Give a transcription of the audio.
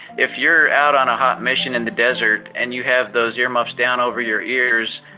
if you're out on a hot mission in the desert, and you have those earmuffs down over your ears,